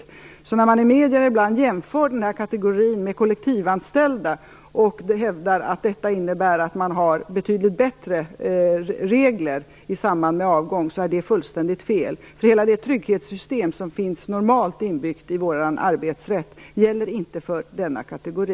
När den här kategorin i medier ibland jämförs med kollektivanställda och det hävdas att den har betydligt bättre regler i samband med avgång är det fullständigt fel. Hela det trygghetssystem som normalt finns inbyggt i vår arbetsrätt gäller inte för denna kategori.